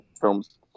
films